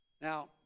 Now